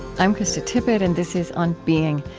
i'm krista tippett, and this is on being.